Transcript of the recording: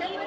(Шум